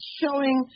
showing